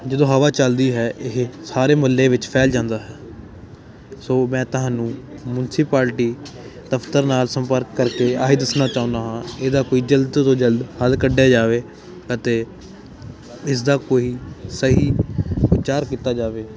ਜਦੋਂ ਹਵਾ ਚੱਲਦੀ ਹੈ ਇਹ ਸਾਰੇ ਮੁਹੱਲੇ ਵਿੱਚ ਫੈਲ ਜਾਂਦਾ ਹੈ ਸੋ ਮੈਂ ਤੁਹਾਨੂੰ ਮਯੂਨਿਸਪੈਲਟੀ ਦਫਤਰ ਨਾਲ ਸੰਪਰਕ ਕਰਕੇ ਆਹੀ ਦੱਸਣਾ ਚਾਹੁੰਦਾ ਹਾਂ ਇਹਦਾ ਕੋਈ ਜਲਦ ਤੋਂ ਜਲਦ ਹੱਲ ਕੱਢਿਆ ਜਾਵੇ ਅਤੇ ਇਸ ਦਾ ਕੋਈ ਸਹੀ ਉਪਚਾਰ ਕੀਤਾ ਜਾਵੇ